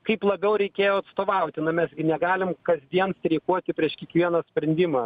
kaip labiau reikėjo atstovauti na mes gi negalim kasdien streikuoti prieš kiekvieną sprendimą